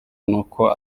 nuko